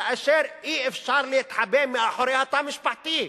כאשר אי-אפשר להתחבא מאחורי התא המשפחתי.